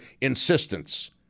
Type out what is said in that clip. insistence